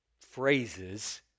phrases